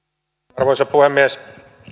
arvoisa puhemies